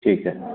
ठीक है